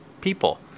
People